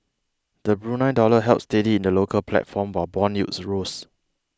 the Brunei dollar held steady in the local platform while bond yields rose